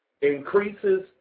Increases